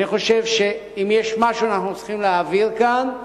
אני חושב שאם יש משהו שאנחנו צריכים להעביר כאן,